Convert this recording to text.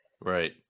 right